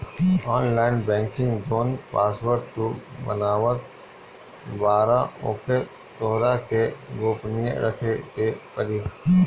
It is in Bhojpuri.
ऑनलाइन बैंकिंग जवन पासवर्ड तू बनावत बारअ ओके तोहरा के गोपनीय रखे पे पड़ी